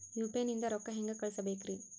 UPI ನಿಂದ ರೊಕ್ಕ ಹೆಂಗ ಕಳಸಬೇಕ್ರಿ?